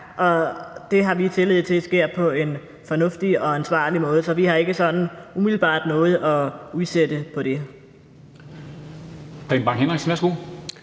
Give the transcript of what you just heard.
Det har vi tillid til sker på en fornuftig og ansvarlig måde, så vi har ikke sådan umiddelbart noget at udsætte på det.